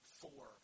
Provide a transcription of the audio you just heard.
four